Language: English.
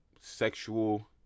Sexual